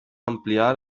ampliar